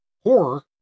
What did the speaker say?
horror